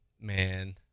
man